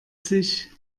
sich